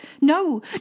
No